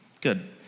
Good